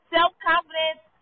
Self-confidence